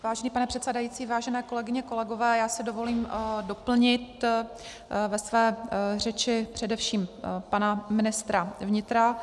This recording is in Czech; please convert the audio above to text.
Vážený pane předsedající, vážené kolegyně, kolegové, já si dovolím doplnit ve své řeči především pana ministra vnitra.